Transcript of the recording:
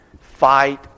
fight